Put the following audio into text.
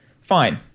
fine